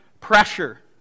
pressure